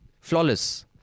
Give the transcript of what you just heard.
flawless